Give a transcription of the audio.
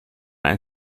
and